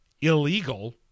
illegal